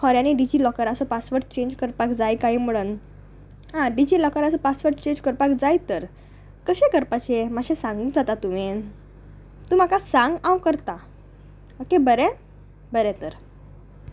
खऱ्यांनी डिजी लॉकराचो password change करपाक जाय कांय म्हणोन आं डिजी लॉकराचो पासवर्ड चेंज करपाक जाय तर कशें करपाचें मातशें सांगूंक जाता तुवेंन तूं म्हाका सांग हांव करता ओके बरें बरें तर